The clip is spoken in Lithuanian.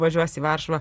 važiuos į varšuvą